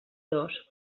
dos